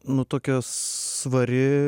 nu tokia svari